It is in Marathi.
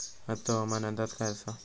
आजचो हवामान अंदाज काय आसा?